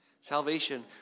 Salvation